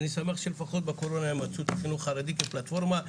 אני שמח שלפחות בקורונה מצאו את החינוך החרדי כפלטפורמה.